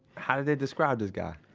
how did they describe this guy?